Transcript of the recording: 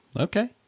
Okay